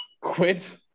quit